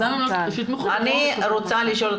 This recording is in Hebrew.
אני רוצה לשאול,